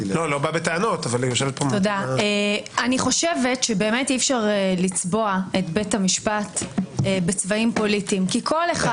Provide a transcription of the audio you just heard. אני חושבת שאי אפשר לצבוע את בית המשפט בצבעים פוליטיים כי כל אחד